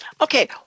Okay